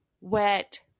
wet